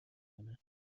کند